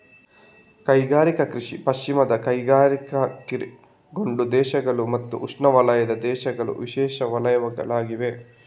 ಕೈಗಾರಿಕಾ ಕೃಷಿ ಪಶ್ಚಿಮದ ಕೈಗಾರಿಕೀಕರಣಗೊಂಡ ದೇಶಗಳು ಮತ್ತು ಉಷ್ಣವಲಯದ ದೇಶಗಳ ವಿಶೇಷ ವಲಯಗಳಾಗಿವೆ